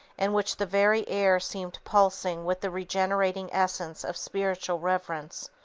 in which the very air seems pulsing with the regenerating essence of spiritual reverence,